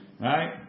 Right